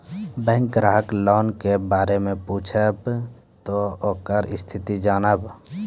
Bank ग्राहक loan के बारे मैं पुछेब ते ओकर स्थिति जॉनब?